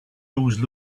always